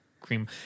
cream